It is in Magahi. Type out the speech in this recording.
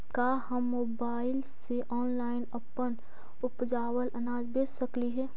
का हम मोबाईल से ऑनलाइन अपन उपजावल अनाज बेच सकली हे?